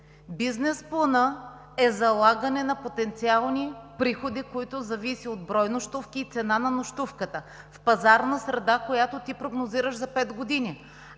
Бизнес планът е залагане на потенциални приходи, които зависят от брой нощувки и цена на нощувката в пазарна среда, в която ти прогнозираш за 5 години.